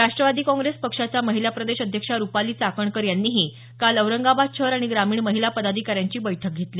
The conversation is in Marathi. राष्ट्रवादी काँग्रेस पक्षाच्या महिला प्रदेश अध्यक्षा रुपाली चाकणकर यांनीही काल औरंगाबाद शहर आणि ग्रामीण महिला पदाधिकाऱ्यांची बैठक घेतली